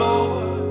Lord